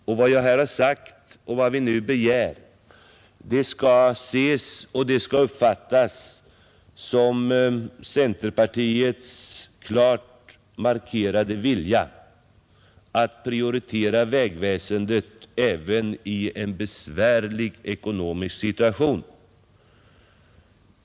Och vad jag här har sagt och vad vi nu begär skall ses och uppfattas som centerpartiets klart motiverade vilja att prioritera vägväsendet även i en svår ekonomisk situation.